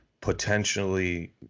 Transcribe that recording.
potentially